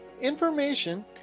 information